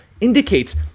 indicates